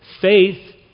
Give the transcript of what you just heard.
Faith